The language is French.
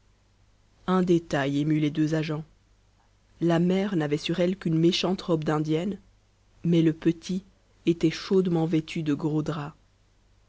un détail émut les deux agents la mère n'avait sur elle qu'une méchante robe d'indienne mais le petit était chaudement vêtu de gros drap